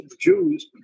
Jews